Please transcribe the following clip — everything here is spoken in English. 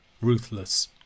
ruthless